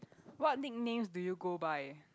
what nicknames do you go by